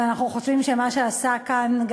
ואנחנו חושבים שמה שעשה כאן,